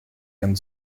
and